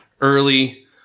early